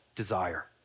desire